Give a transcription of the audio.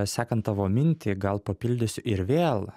sekant tavo mintį gal papildysiu ir vėl